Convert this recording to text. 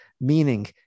meaning